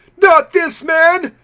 not this man,